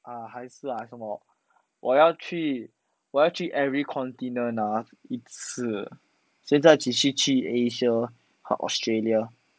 uh 还是 like 什么我要去我要去 every continents ah 一次现在只是去 asia 和 australia